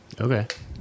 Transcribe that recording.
Okay